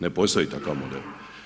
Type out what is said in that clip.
Ne postoji takav model.